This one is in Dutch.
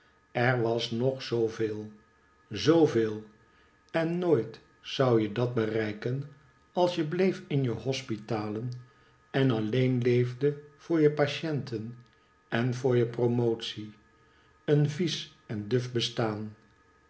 er was nog zoo veel zoo vcel en nooit zou jc dat bereiken als je bleef in je hospitalen en alleen leefde voor je patienten en voor je promotie een vies en een duf bestaan